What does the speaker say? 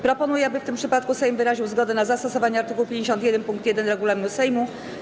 Proponuję, aby w tym przypadku Sejm wyraził zgodę na zastosowanie art. 51 pkt 1 regulaminu Sejmu.